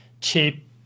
cheap